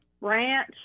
ranch